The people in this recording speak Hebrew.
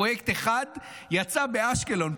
פרויקט אחד יצא באשקלון,